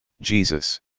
Jesus